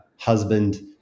husband